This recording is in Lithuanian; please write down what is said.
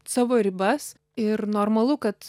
savo ribas ir normalu kad